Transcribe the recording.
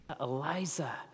Eliza